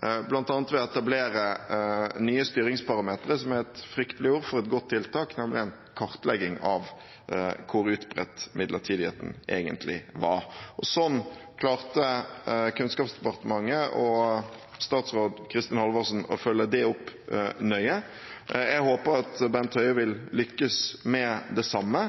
ved å etablere nye styringsparametre – som er et fryktelig ord for et godt tiltak – nemlig en kartlegging av hvor utbredt midlertidigheten egentlig var. Slik klarte Kunnskapsdepartementet og statsråd Kristin Halvorsen å følge det opp nøye. Jeg håper at Bent Høie vil lykkes med det samme.